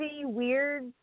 weird